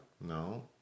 No